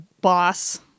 boss